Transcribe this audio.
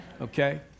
Okay